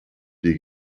die